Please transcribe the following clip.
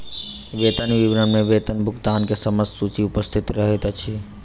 वेतन विवरण में वेतन भुगतान के समस्त सूचि उपस्थित रहैत अछि